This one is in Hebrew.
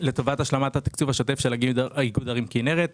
לטובת השלמת התקצוב השוטף של איגוד ערים כינרת.